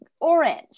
orange